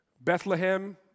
Bethlehem